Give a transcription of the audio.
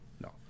No